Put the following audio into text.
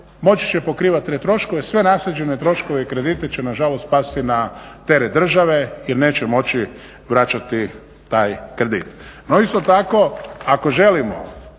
moći će pokrivati te troškove, a svi naslijeđeni troškovi i krediti će nažalost pasti na teret države jer neće moći vraćati taj kredit. No isto tako ako želimo